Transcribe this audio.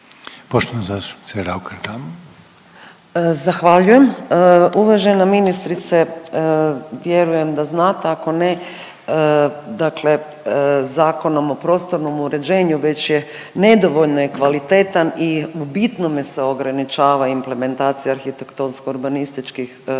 Urša (Možemo!)** Zahvaljujem. Uvažena ministrice vjerujem da znate, ako ne, dakle Zakonom o prostornom uređenju već je nedovoljno je kvalitetan i u bitnome se ograničava implementacija arhitektonsko-urbanističkih natječaja,